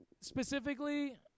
specifically